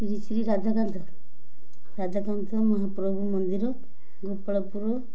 ରାଧାକାନ୍ତ ରାଜଧକାନ୍ତ ମହାପ୍ରଭୁ ମନ୍ଦିର ଗୋପାଳପୁର